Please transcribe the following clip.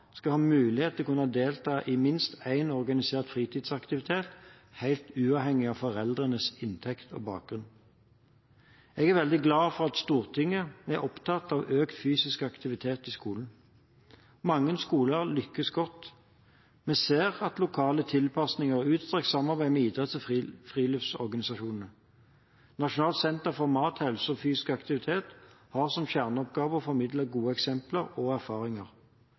skal ha mulighet til å kunne delta i minst én organisert fritidsaktivitet, helt uavhengig av foreldrenes inntekt og bakgrunn. Jeg er veldig glad for at Stortinget er opptatt av økt fysisk aktivitet i skolen. Mange skoler lykkes godt. Vi ser lokale tilpasninger og utstrakt samarbeid med idretts- og friluftsorganisasjoner. Nasjonalt senter for mat, helse og fysisk aktivitet har som kjerneoppgave å formidle gode eksempler og erfaringer.